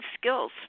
skills